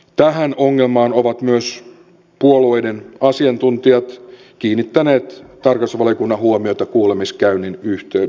tähän ongelmaan ovat myös puolueiden asiantuntijat kiinnittäneet tarkastusvaliokunnan huomiota kuulemiskäynnin yhteydessä